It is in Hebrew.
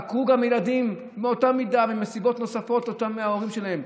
עקרו גם ילדים באותה מידה ומסיבות נוספות מההורים שלהם.